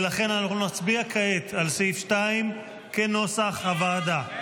ולכן אנחנו נצביע כעת על סעיף 2 כנוסח הוועדה.